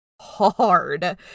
hard